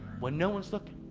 when no one's looking.